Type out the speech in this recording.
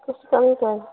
कश तर